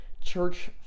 church